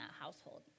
household